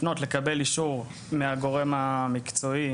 לפנות לקבל אישור מהגורם המקצועי,